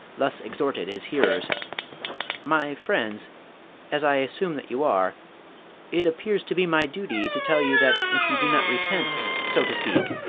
thus exhorted his hearers my friends as i assume that you are it appears to be my duty to tell you that if you do not repent, so to speak,